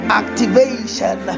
activation